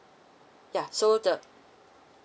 ya so the